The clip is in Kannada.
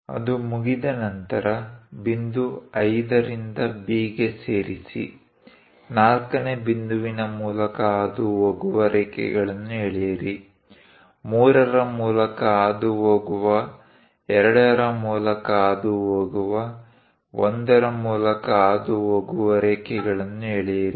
ಅದು ಮುಗಿದ ನಂತರ ಬಿಂದು 5 ರಿಂದ B ಗೆ ಸೇರಿಸಿ 4 ನೇ ಬಿಂದುವಿನ ಮೂಲಕ ಹಾದುಹೋಗುವ ರೇಖೆಗಳನ್ನು ಎಳೆಯಿರಿ 3 ರ ಮೂಲಕ ಹಾದುಹೋಗುವ 2 ರ ಮೂಲಕ ಹಾದುಹೋಗುವ 1 ರ ಮೂಲಕ ಹಾದುಹೋಗುವ ರೇಖೆಗಳನ್ನು ಎಳೆಯಿರಿ